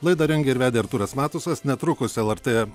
laidą rengė ir vedė artūras matusas netrukus lrt